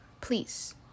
please